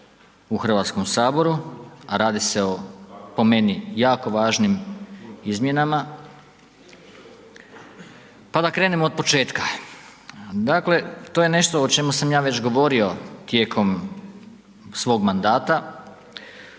u Hrvatskom saboru, a radi se o po meni jako važnim izmjenama. Pa da krenemo od početka, dakle to je nešto o čemu sam ja već govorio tijekom svog mandata